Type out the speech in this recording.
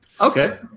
Okay